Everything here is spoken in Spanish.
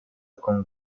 con